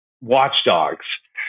watchdogs